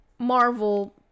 marvel